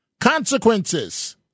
Consequences –